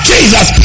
Jesus